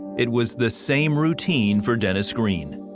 it was the same routine for dennis green.